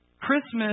Christmas